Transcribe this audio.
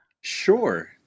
Sure